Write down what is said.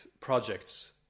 projects